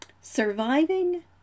surviving